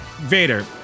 Vader